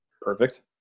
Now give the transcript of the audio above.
Perfect